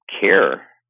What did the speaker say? care